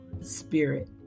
spirit